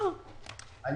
אני